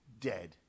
dead